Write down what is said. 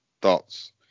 thoughts